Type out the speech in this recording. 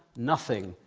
nothing,